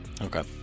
okay